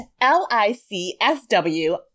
L-I-C-S-W